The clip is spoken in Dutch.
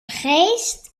geest